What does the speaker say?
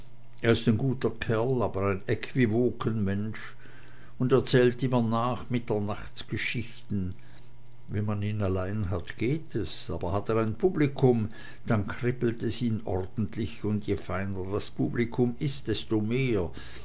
er ist ein guter kerl aber ein äquivokenmensch und erzählt immer nachmitternachtsgeschichten wenn man ihn allein hat geht es aber hat er ein publikum dann kribbelt es ihn ordentlich und je feiner das publikum ist desto mehr